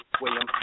William